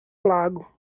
lago